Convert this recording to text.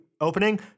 opening